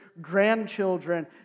grandchildren